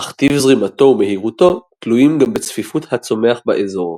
אך טיב זרימתו ומהירותו תלויים גם בצפיפות הצומח באזור.